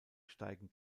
steigen